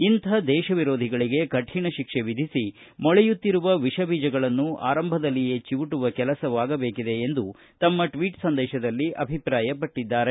ಇಂತ ದೇಶ ವಿರೋಧಿಗಳಿಗೆ ಕಠಿಣ ಶಿಕ್ಷೆ ವಿಧಿಸಿ ಮೊಳೆಯುತ್ತಿರುವ ವಿಷಬೀಜಗಳನ್ನು ಆರಂಭದಲ್ಲಿಯೇ ಚವುಟುವ ಕೆಲಸವಾಗಬೇಕಿದೆ ಎಂದು ತಮ್ಮ ಟ್ವೀಟ್ ಸಂದೇಶದಲ್ಲಿ ಅಭಿಪ್ರಾಯಪಟ್ಟಿದ್ದಾರೆ